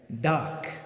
Dark